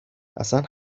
اصلن